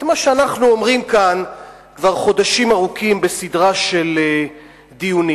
את מה שאנחנו אומרים כאן כבר חודשים ארוכים בסדרה של דיונים: